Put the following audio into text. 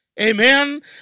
Amen